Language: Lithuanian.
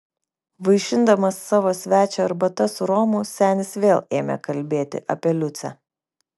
vaišindamas savo svečią arbata su romu senis vėl ėmė kalbėti apie liucę